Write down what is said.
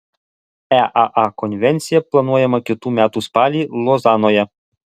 eaa konvencija planuojama kitų metų spalį lozanoje